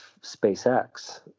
SpaceX